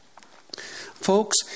Folks